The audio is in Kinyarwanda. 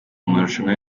marushanwa